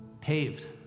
paved